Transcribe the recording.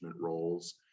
roles